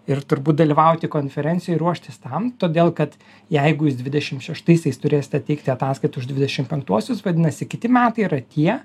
ir turbūt dalyvauti konferencijoj ruoštis tam todėl kad jeigu jūs dvidešim šeštaisiais turėsite teikti ataskaitą už dvidešim penktuosius vadinasi kiti metai yra tie